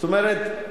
זאת אומרת,